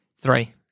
Three